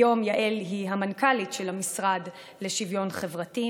היום יעל היא המנכ"לית של המשרד לשוויון חברתי,